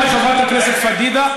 גם לחברת הכנסת פדידה,